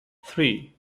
three